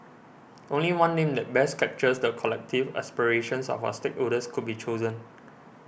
only one name that best captures the collective aspirations of our stakeholders could be chosen